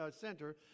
Center